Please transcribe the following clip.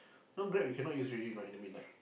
now Grab you cannot use already you know in the midnight